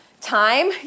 Time